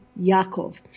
Yaakov